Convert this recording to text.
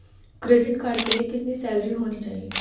Credit card के लिए कितनी सैलरी होनी चाहिए?